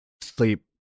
sleep